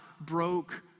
broke